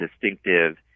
distinctive